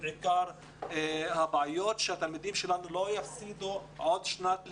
עיקר הבעיות כדי שהתלמידים שלנו לא יפסידו עוד שנת לימודים.